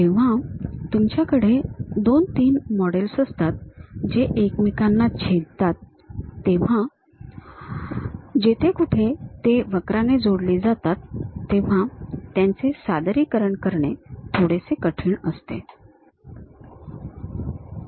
जेव्हा तुमच्याकडे दोन तीन मॉडेल्स असतात जे एकमेकांना छेदतात तेव्हा ते जेथे कुठे वक्राने जोडले जातात तेव्हा त्यांचे सादरीकरण करणे थोडेसे कठीण असते